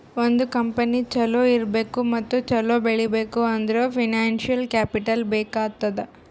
ಒಂದ್ ಕಂಪನಿ ಛಲೋ ಇರ್ಬೇಕ್ ಮತ್ತ ಛಲೋ ಬೆಳೀಬೇಕ್ ಅಂದುರ್ ಫೈನಾನ್ಸಿಯಲ್ ಕ್ಯಾಪಿಟಲ್ ಬೇಕ್ ಆತ್ತುದ್